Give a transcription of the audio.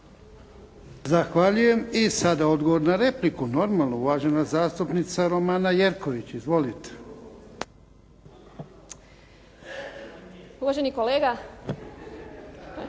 Zahvaljujem. I sada odgovor na repliku, normalno. Uvažena zastupnica Romana Jerković. Izvolite. **Jerković,